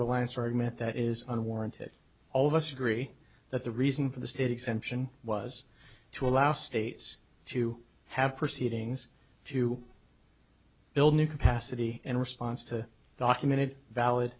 reliance argument that is unwarranted all of us agree that the reason for the state exemption was to allow states to have proceedings to build new capacity in response to documented valid